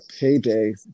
payday